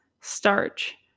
starch